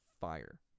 fire